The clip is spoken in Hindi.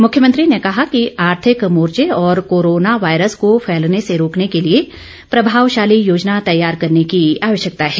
मुख्यमंत्री ने कहा कि आर्थिक मोर्चे और कोरोना वायरस को फैलने से रोकने के लिए प्रभॉवशाली योजना तैयार करने की आवश्यकता है